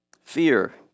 fear